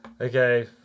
okay